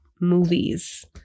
movies